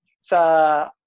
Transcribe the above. sa